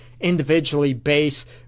individually-based